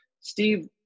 Steve